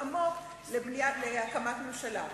מי יהיה זכאי לסיוע הקרן?